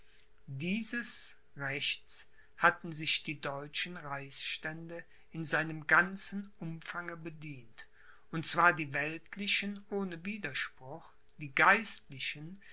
dieses rechts hatten sich die deutschen reichsstände in seinem ganzen umfange bedient und zwar die weltlichen ohne widerspruch die geistlichen